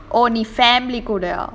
only family கூடையா:koodaya